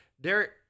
Derek